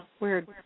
weird